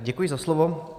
Děkuji za slovo.